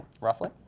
roughly